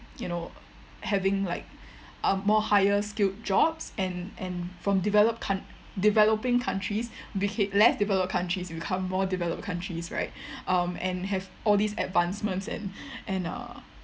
you know having like um more higher skilled jobs and and from developed coun~ developing countries beca~ less develop countries become more developed countries right um and have all these advancements and and uh